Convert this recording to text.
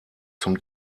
zum